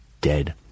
dead